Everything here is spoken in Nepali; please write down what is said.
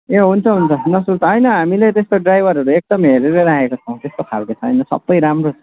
ए हुन्छ हुन्छ नसुर्त होइन हामीले त्यस्तो ड्राइभरहरू एकदम हेरेर राखेको छौँ त्यस्तो खालको छैन सबै राम्रो छ